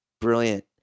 brilliant